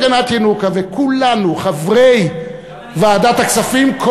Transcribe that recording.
וכולנו, חברי ועדת הכספים, גם אני.